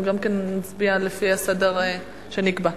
נצביע לפי הסדר שנקבע.